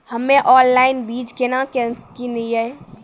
हम्मे ऑनलाइन बीज केना के किनयैय?